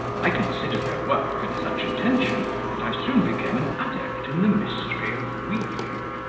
i considered their work with such attention that i soon became an adept in the mystery of weaving,